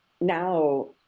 now